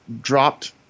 dropped –